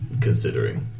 considering